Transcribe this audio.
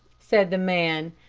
said the man,